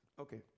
Okay